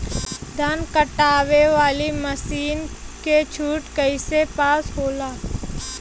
धान कांटेवाली मासिन के छूट कईसे पास होला?